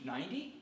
Ninety